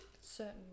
certain